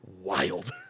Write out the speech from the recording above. wild